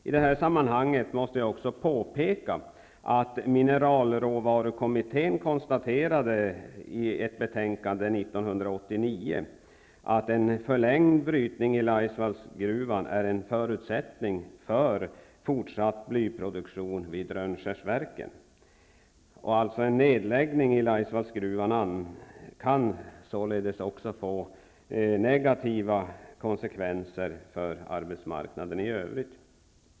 I det här sammanhanget måste jag också påpeka att mineralråvarukommittén konstaterade i ett betänkande 1989 att en förlängd brytning i Laisvallsgruvan är en förutsättning för fortsatt blyproduktion vid Rönnskärsverken. En nedläggning av Laisvallgruvan kan således få negativa konsekvenser för arbetsmarknaden i övrigt.